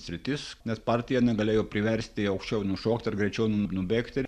sritis nes partija negalėjo priversti aukščiau nušokti ar greičiau nu nubėgti